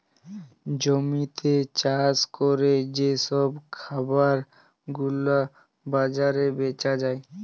জমিতে চাষ ক্যরে যে সব খাবার গুলা বাজারে বেচা যায়